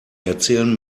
erzählen